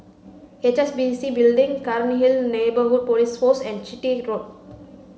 H S B C Building Cairnhill Neighbourhood Police Post and Chitty Road